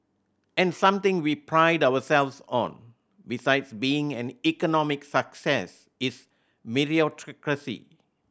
and something we pride ourselves on besides being an economic success is meritocracy